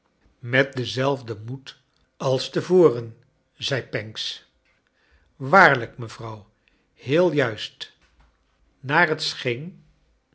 met denzelfden moed a is te vorcn zei pancks waarlijk mevrouw heel juist naar het